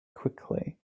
quickly